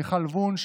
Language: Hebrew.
מיכל וונש,